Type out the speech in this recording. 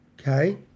Okay